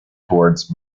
towards